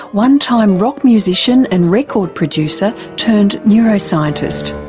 one time rock musician and record producer turned neuroscientist.